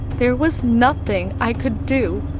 there was nothing i could do.